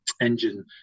engine